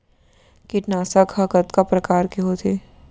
कीटनाशक ह कतका प्रकार के होथे?